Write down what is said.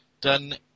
done